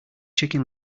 chicken